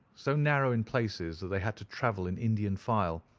so narrow in places that they had to travel in indian file,